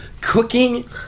cooking